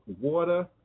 water